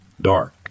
dark